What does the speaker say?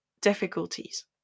difficulties